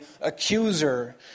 accuser